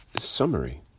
Summary